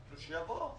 אז שיבוא.